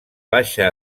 baixa